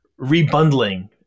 rebundling